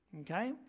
okay